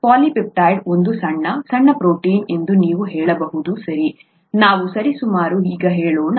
polypeptide ಒಂದು ಸಣ್ಣ ಸಣ್ಣ ಪ್ರೋಟೀನ್ ಎಂದು ನೀವು ಹೇಳಬಹುದು ಸರಿ ನಾವು ಸರಿಸುಮಾರು ಈಗ ಹೇಳೋಣ